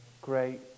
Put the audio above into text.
great